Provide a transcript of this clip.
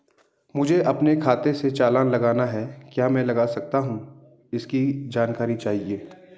मुझे अपने खाते से चालान लगाना है क्या मैं लगा सकता हूँ इसकी जानकारी चाहिए?